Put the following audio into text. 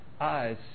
eyes